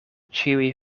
ĉiuj